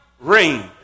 ring